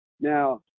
Now